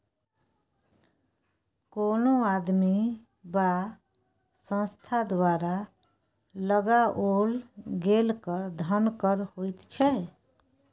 कोनो आदमी वा संस्था द्वारा लगाओल गेल कर धन कर होइत छै